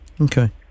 Okay